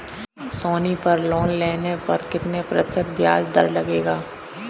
सोनी पर लोन लेने पर कितने प्रतिशत ब्याज दर लगेगी?